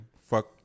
fuck